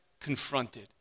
confronted